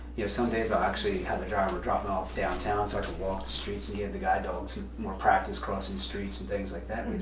you know some days i'll actually have a driver dropping off downtown so i could walk the streets and give the guide dog some more practice crossing streets and things like that,